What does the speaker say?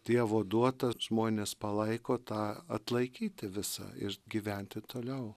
dievo duota žmonės palaiko tą atlaikyti visą ir gyventi toliau